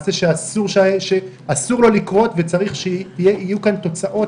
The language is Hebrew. מעשה שאסור לו לקרות וצריך שיהיו פה תוצאות